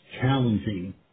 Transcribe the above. challenging